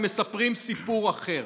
ומספרים סיפור אחר.